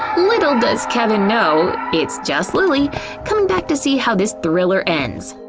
little does kevin know, it's just lilly coming back to see how this thriller ends.